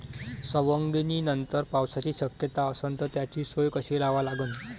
सवंगनीनंतर पावसाची शक्यता असन त त्याची सोय कशी लावा लागन?